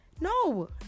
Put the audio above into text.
No